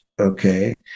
okay